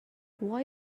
why